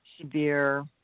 severe